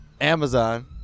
Amazon